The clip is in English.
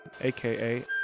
aka